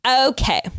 Okay